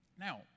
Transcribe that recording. Now